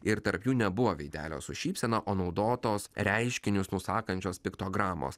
ir tarp jų nebuvo veidelio su šypsena o naudotos reiškinius nusakančios piktogramos